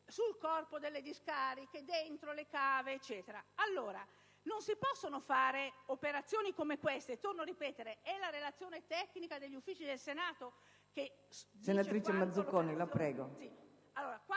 rifiuti nelle discariche, dentro le cave, eccetera. Non si possono fare operazioni come queste. Torno a ripetere, è la relazione tecnica degli Uffici del Senato...